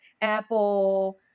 Apple